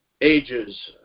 ages